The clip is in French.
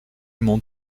mon